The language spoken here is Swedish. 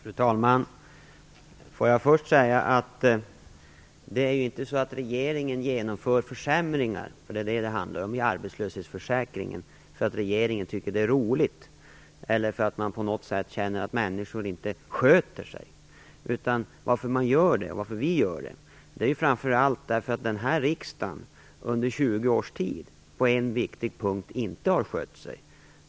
Fru talman! Jag vill först säga att regeringen inte genomför försämringar - för det är vad det handlar om - i arbetslöshetsförsäkringen därför att regeringen tycker att det är roligt eller därför att vi anser att människor inte sköter sig. Orsaken är i stället framför allt att den här riksdagen under 20 års tid på en viktig punkt inte har skött sig.